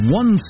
one